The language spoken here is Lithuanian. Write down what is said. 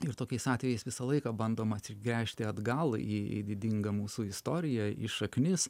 ir tokiais atvejais visą laiką bandoma atsigręžti atgal į į didingą mūsų istoriją į šaknis